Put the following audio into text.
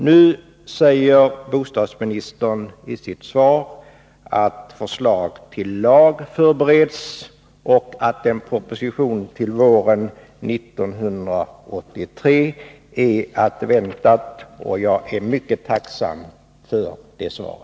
Nu säger bostadsministern i sitt svar att förslag till lag förbereds och att en proposition är att vänta våren 1983. Jag är mycket tacksam för det svaret.